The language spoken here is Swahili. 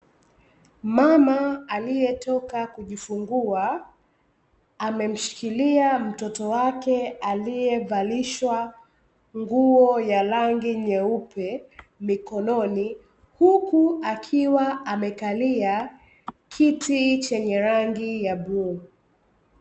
Mama aliyetoka kujifungua ememshikilia mtoto wake aliyevalishwa nguo ya rangi nyeupe mikononi, huku akiwa amekalia kiti chenye rangi ya bluu.